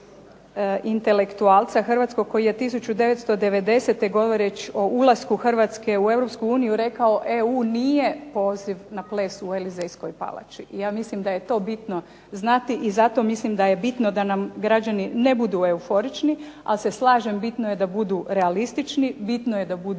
koji je 1990. govorio o ulasku Hrvatske u Europsku uniju rekao "EU nije poziv na ples u Elizejskoj palači". Ja mislim da je to bitno znati i zato mislim da je bitno da nam građani ne budu euforični, ali se slažem bitno je da budu realistični, bitno je da budu